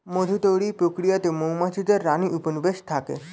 মধু তৈরির প্রক্রিয়াতে মৌমাছিদের রানী উপনিবেশে থাকে